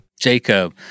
Jacob